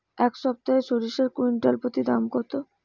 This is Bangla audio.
এই সপ্তাহে সরিষার কুইন্টাল প্রতি দাম কত?